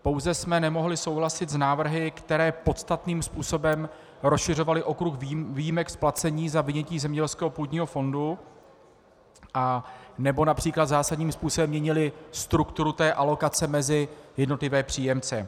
Pouze jsme nemohli souhlasit s návrhy, které podstatným způsobem rozšiřovaly okruh výjimek z placení za vynětí zemědělského půdního fondu nebo například zásadním způsobem měnily strukturu té alokace mezi jednotlivé příjemce.